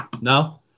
No